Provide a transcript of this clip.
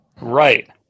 right